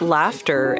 laughter